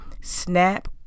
SNAP